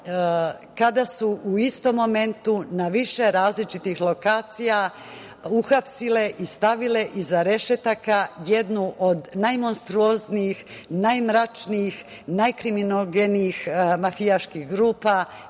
kada su u istom momentu na više različitih lokacija uhapsile i stavile iza rešetaka jednu od najmonstruoznijih, najmračnijih, najkriminogenijih mafijaških grupa